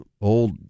old